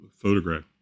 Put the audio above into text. photograph